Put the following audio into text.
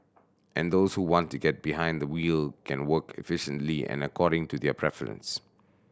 and those who want to get behind the wheel can work efficiently and according to their preferences